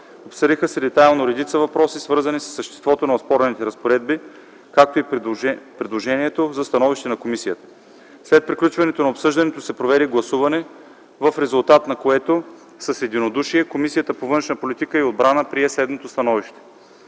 Обсъдиха се детайлно редица въпроси, свързани със съществото на оспорваните разпоредби, както и предложението за становище на комисията. След приключването на обсъждането се проведе гласуване, в резултат на което с единодушие Комисията по външна политика и отбрана прие следното становище: